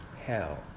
hell